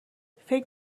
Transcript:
فکر